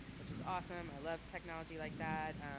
which was awesome. i love technology like that.